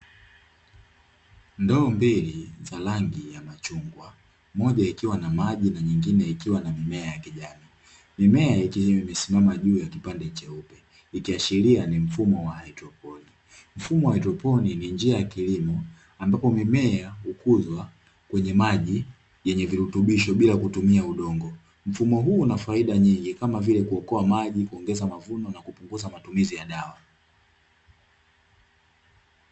Ndoo mbili za rangi ya machungwa, moja ikiwa na maji na nyingine ikiwa na mimea ya kijani. Mimea ikiwa imesimama juu ya kipande cheupe, ikiashiria ni mfumo wa haidroponi. Mfumo wa haidroponi ni njia ya kilimo ambapo mimea hukuzwa kwenye maji yenye virutubisho bila kutumia udongo. Mfumo huu una faida nyingi, kama vile kuokoa maji, kuongeza mavuno, na kupunguza matumizi ya dawa.